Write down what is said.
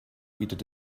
bietet